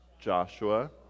Joshua